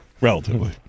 Relatively